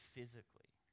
physically